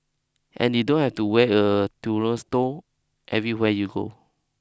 and you don't have to wear a everywhere you go